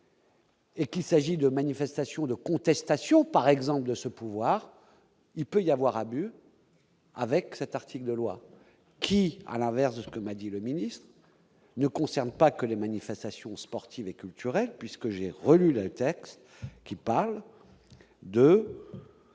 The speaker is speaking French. Et qu'il s'agit de manifestations de contestation par exemple de ce pouvoir, il peut y avoir abus. Avec cet article de loi qui à l'inverse de ce que m'a dit le ministre, ne concerne pas que les manifestations sportives et culturelles, puisque j'ai relu les textes qui parlent.